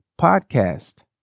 podcast